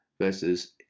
versus